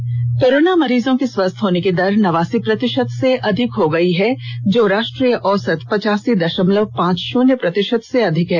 राज्य में कोरोना मरीजों की स्वस्थ होने की दर नवासी प्रतिशत से अधिक हो गयी है जो राष्ट्रीय औसत पचासी दशमलव पांच शून्य प्रतिशत से अधिक है